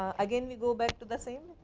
um again we go back to the same.